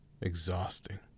exhausting